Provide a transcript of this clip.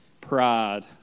pride